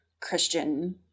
Christian